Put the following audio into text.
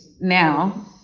Now